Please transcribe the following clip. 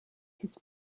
his